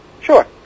Sure